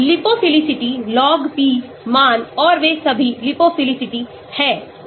lipophilicity log P मान और वे सभी लिपोफिलिसिटी हैं